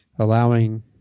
allowing